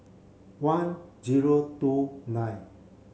one zero two nine